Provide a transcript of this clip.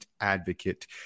advocate